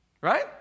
Right